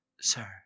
Sir